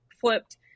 flipped